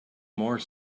more